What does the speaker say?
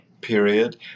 period